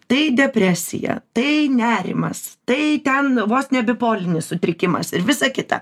tai depresija tai nerimas tai ten vos ne bipolinis sutrikimas ir visa kita